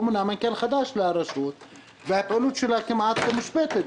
לא מונה מנכ"ל חדש לרשות והפעילות שלה כמעט מושבתת.